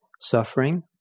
suffering